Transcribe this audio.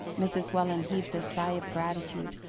mrs. welland heaved a sigh of gratitude,